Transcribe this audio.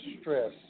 stress